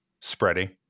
spreading